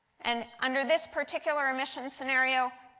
and under this particular emissions scenario,